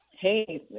hey